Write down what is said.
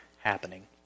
happening